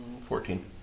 Fourteen